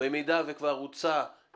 אם כבר הוצאה